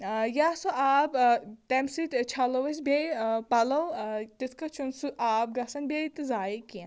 یا سُہ آب تَمہِ سۭتۍ چھلَو أسۍ بیٚیہِ پَلَو تِتھٕ پٲٹھۍ چھُنہٕ سُہ آب گژھان بیٚیہِ تہٕ ضایہِ کیٚنٛہہ